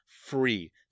free